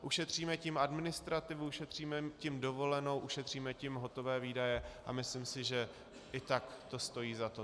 Ušetříme tím administrativu, ušetříme tím dovolenou, ušetříme tím hotové výdaje a myslím si, že i tak to stojí za to.